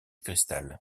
cristal